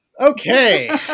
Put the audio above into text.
okay